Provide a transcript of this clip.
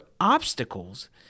obstacles